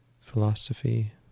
philosophy